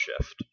shift